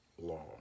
law